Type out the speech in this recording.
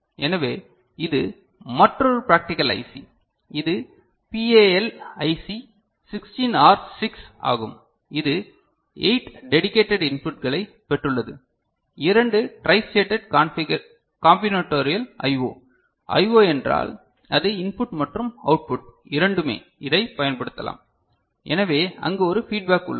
எனவே இது மற்றொரு ப்ராக்டிகல் ஐசி இது பிஏஎல் ஐசி 16 ஆர் 6 ஆகும் இது 8 டெடிகேடட் இன்புட்களைப் பெற்றுள்ளது 2 ட்ரைஸ்டேட்டட் காம்பினேடோரியல் ஐஓ IO என்றால் அது இன்புட் மற்றும் அவுட்புட் இரண்டுமே இதைப் பயன்படுத்தலாம் எனவே அங்கு ஒரு ஃபீட்பேக் உள்ளது